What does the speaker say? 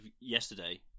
yesterday